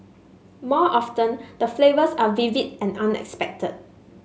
more often the flavours are vivid and unexpected